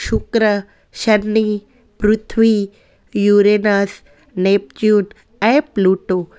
शुक्र शनि पृथ्वी यूरेनस नेपच्यून ऐं प्लूटो